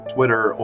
Twitter